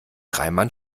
reimann